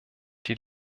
die